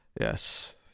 Yes